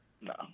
no